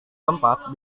tempat